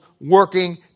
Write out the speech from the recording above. working